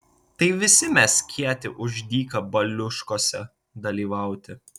tai visi mes kieti už dyka baliuškose dalyvauti